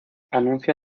anuncia